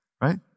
right